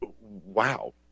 Wow